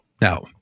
now